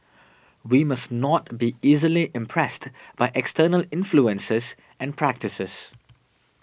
we must not be easily impressed by external influences and practices